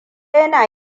yana